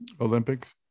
Olympics